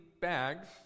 bags